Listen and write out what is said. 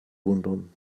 wundern